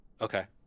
okay